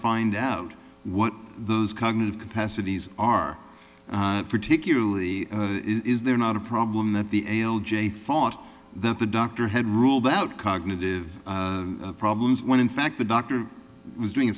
find out what those cognitive capacities are particularly is there not a problem that the l j thought that the doctor had ruled out cognitive problems when in fact the doctor was doing